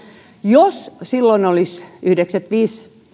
jos silloin olisi yhdeksänkymmentäviisi